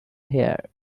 hear